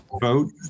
vote